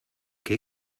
qué